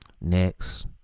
next